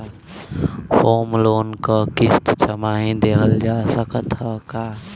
Home loan क किस्त छमाही देहल जा सकत ह का?